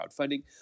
crowdfunding